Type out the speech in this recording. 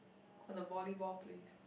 or the volleyball place